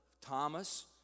Thomas